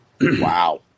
Wow